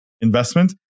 investment